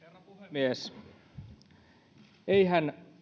puhemies eihän